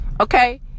okay